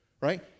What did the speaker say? right